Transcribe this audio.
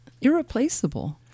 irreplaceable